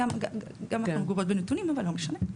גם אנחנו מגובות בנתונים אבל לא משנה.